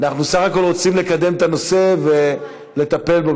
אנחנו בסך הכול רוצים לקדם את הנושא ולטפל בו,